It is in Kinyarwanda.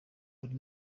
buri